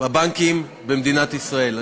בבנקים במדינת ישראל.